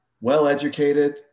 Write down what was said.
well-educated